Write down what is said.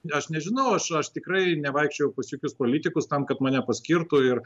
aš nežinau aš tikrai nevaikščiojau pas jokius politikus tam kad mane paskirtų ir